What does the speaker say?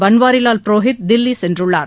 பன்வாரிலால் புரோஹித் தில்லி சென்றுள்ளார்